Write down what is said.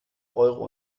euro